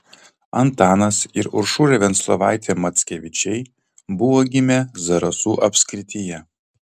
antanas ir uršulė venclovaitė mackevičiai buvo gimę zarasų apskrityje